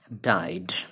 died